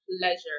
pleasure